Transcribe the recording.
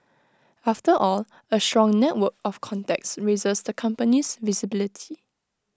after all A strong network of contacts raises the company's visibility